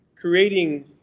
creating